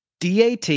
DAT